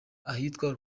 ahitwa